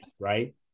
right